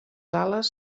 ales